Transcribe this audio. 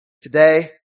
today